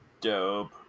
Dope